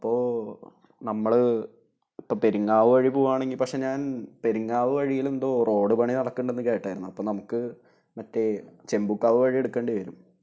അപ്പോൾ നമ്മൾ ഇപ്പം പെരിങ്ങാവ് വഴി പോവുകയാണെങ്കിൽ പക്ഷെ ഞാൻ പെരിങ്ങാവ് വഴിയിൽ എന്തോ റോഡ് പണി നടക്കുന്നുണ്ടെന്ന് കേട്ടായിരുന്നു അപ്പം നമുക്ക് മറ്റേ ചെമ്പുക്കാവ് വഴി എടുക്കേണ്ടി വരും